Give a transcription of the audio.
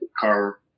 car